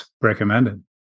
recommended